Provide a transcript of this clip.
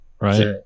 Right